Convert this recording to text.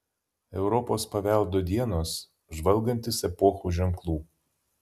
europos paveldo dienos žvalgantis epochų ženklų